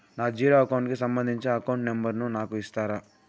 నా zero account కి సంబంధించి అకౌంట్ నెంబర్ ను నాకు ఇస్తారా